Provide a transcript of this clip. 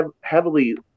heavily